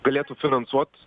galėtų finansuot